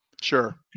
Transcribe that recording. Sure